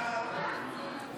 ההצעה להעביר את הצעת חוק